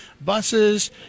buses